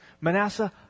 Manasseh